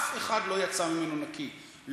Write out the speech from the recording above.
אף אחד לא יצא ממנו נקי,